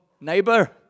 neighbor